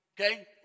Okay